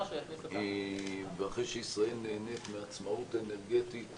ואחרי שישראל נהנית מעצמאות אנרגטית